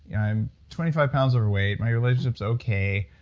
i'm twenty five pounds overweight, my relationship's okay.